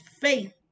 faith